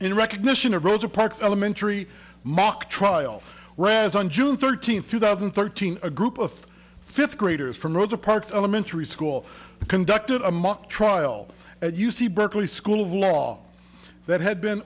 in recognition of rosa parks elementary mock trial well as on july thirteenth two thousand and thirteen a group of fifth graders from rosa parks elementary school conducted a mock trial at u c berkeley school of law that had been